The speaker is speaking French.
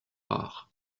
rare